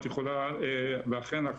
ואכן,